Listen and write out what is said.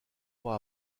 pas